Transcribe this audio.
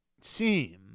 seem